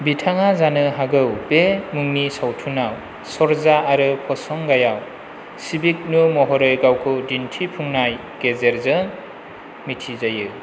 बिथाङा जानो हागौ बे मुंनि सावथुनआव सर'जा आरो पसंगायाव सोबिकन्नू महरै गावखौ दिन्थिफुंनाय गेजेरजों मिथिजायो